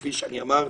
כפי שאמרתי,